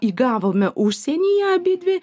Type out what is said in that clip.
įgavome užsienyje abidvi